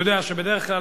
אתה יודע שבדרך כלל,